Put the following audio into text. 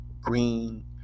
green